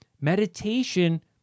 Meditation